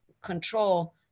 control